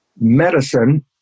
medicine